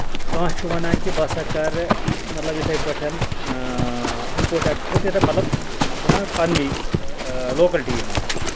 کانہہ چھُ وَنان کہِ بہٕ ہسا کرٕ مطلب یِتھٕے پٲٹھۍ اِمپوٹ اٮ۪کٔسپوٹ ییٚتٮ۪تتھ مطلب بہٕ چھُس وَنان پَنٕنی لوکَلٹی منٛز